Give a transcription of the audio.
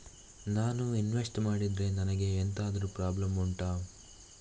ನಾನು ಇನ್ವೆಸ್ಟ್ ಮಾಡಿದ್ರೆ ನನಗೆ ಎಂತಾದ್ರು ಪ್ರಾಬ್ಲಮ್ ಉಂಟಾ